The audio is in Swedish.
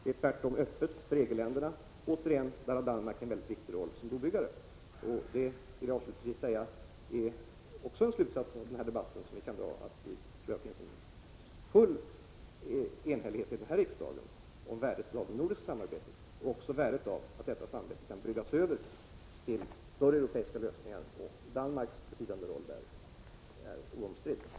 Det är tvärtom öppet för EG-länderna. Återigen: I detta sammanhang har Danmark en mycket viktig roll som brobyggare. Jag vill avslutningsvis säga att en slutsats som vi kan dra av denna debatt är att det finns full enighet i denna riksdag om värdet av det nordiska samarbetet och även om värdet av att detta samarbete kan bryggas över till större europeiska lösningar. Danmarks betydande roll där är oomstridd.